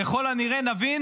ככל הנראה נבין